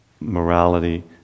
morality